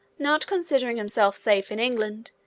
not considering himself safe in england,